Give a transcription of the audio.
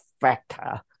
factor